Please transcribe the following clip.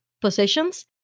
positions